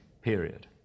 period